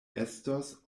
estos